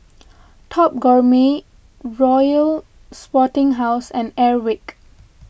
Top Gourmet Royal Sporting House and Airwick